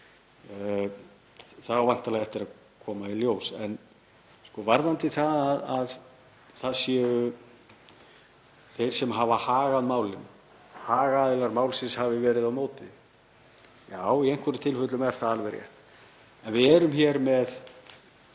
á væntanlega eftir að koma í ljós. Varðandi það að þeir sem hafa hag af málinu, hagaðilar málsins, hafi verið á móti þessu: Já, í einhverjum tilfellum er það alveg rétt en við erum hér með